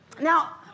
Now